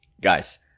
Guys